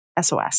SOS